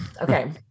Okay